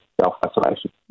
self-isolation